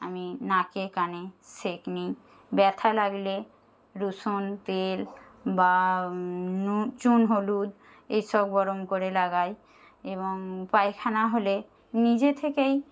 আমি নাকে কানে সেঁক নিই ব্যাথা লাগলে লোশন তেল বা চুন হলুদ এই সব গরম করে লাগাই এবং পায়খানা হলে নিজে থেকেই